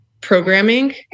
programming